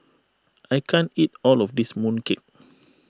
I can't eat all of this mooncake